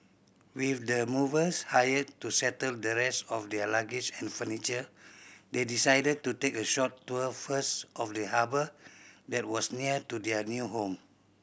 with the movers hired to settle the rest of their luggage and furniture they decided to take a short tour first of the harbour that was near to their new home